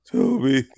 Toby